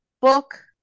book